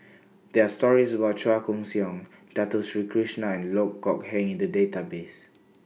There Are stories about Chua Koon Siong Dato Sri Krishna and Loh Kok Heng in The Database